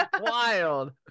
Wild